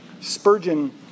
Spurgeon